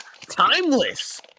Timeless